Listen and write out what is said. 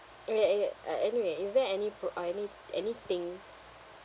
right uh ya uh anyway is there any pro~ uh I mean anything